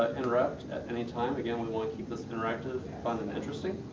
interrupt at any time, again we want to keep this interactive, fun, and interesting